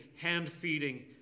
hand-feeding